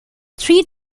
three